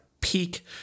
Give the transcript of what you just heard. peak